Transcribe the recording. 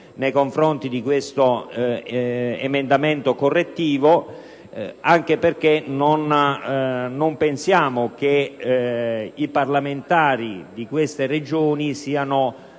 nei confronti di tali emendamenti correttivi, anche perché non pensiamo che i parlamentari di quelle Regioni siano